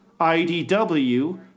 IDW